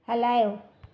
हलायो